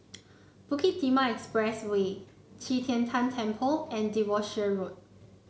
Bukit Timah Expressway Qi Tian Tan Temple and Devonshire Road